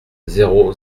zéro